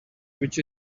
which